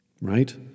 Right